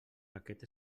aquest